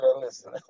listen